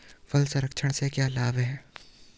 फल संरक्षण से क्या लाभ है?